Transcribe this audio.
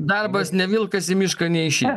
darbas ne vilkas į mišką neišeis